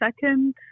second